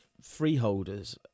freeholders